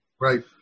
Right